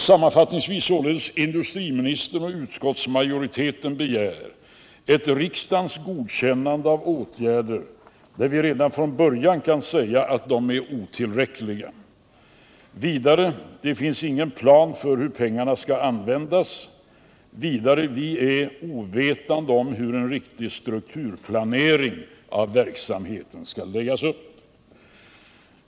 Sammanfattningsvis således: Industriministern och utskottsmajoriteten begär riksdagens godkännande av åtgärder om vilka vi redan från början kan säga att de är otillräckliga. Det finns ingen plan för hur pengarna skall användas. Vi är ovetande om hur en riktig strukturplanering av verksamheten skall läggas upp.